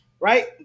right